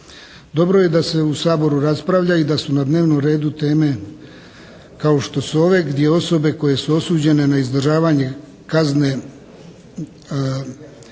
Dobro je da se u Saboru raspravlja i da su na dnevnom redu teme kao što su ove gdje osobe koje su osuđene na izdržavanje kazne kako